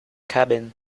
cabin